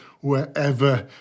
wherever